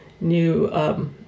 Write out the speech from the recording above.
new